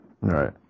Right